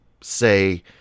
say